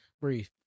Breathe